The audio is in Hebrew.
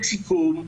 לסיכום,